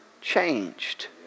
changed